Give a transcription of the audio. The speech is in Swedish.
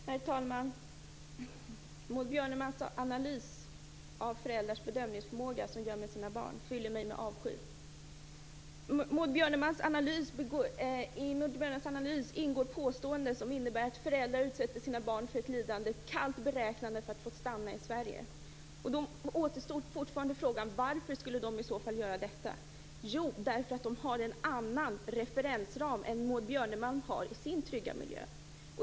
Herr talman! Maud Björnemalms analys av föräldrars bedömningsförmåga av vad de gör med sina barn fyller mig med avsky. I Maud Björnemalms analys ingår påståenden som innebär att föräldrar kallt beräknande utsätter sina barn för lidande för att få stanna i Sverige. Då återstår fortfarande frågan: Varför skulle de i så fall göra detta? Jo, därför att de har en annan referensram än Maud Björnemalm har i sin trygga miljö.